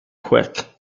quick